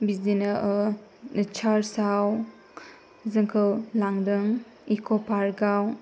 बिदिनो चार्चाव जोंखौ लांदों इक' पार्काव